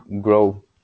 grow